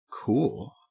cool